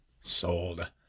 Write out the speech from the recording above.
Sold